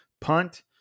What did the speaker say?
Punt